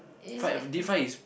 fried deep fry is